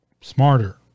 smarter